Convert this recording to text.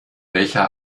welcher